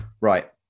right